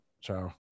Ciao